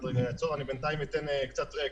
בינתיים אתן קצת רקע.